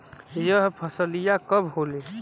यह फसलिया कब होले?